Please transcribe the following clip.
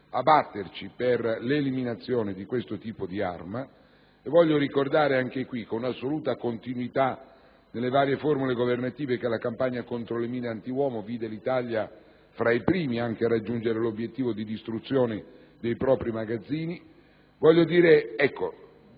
a batterci per l'eliminazione di questo tipo di arma. Voglio ricordare anche qui che, con assoluta continuità nelle varie formule governative, la campagna contro le mine antiuomo vide l'Italia fra i primi Paesi a raggiungere l'obiettivo di distruzione dei propri magazzini. Voglio anche